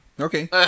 Okay